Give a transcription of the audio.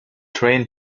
train